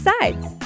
sides